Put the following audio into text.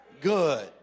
good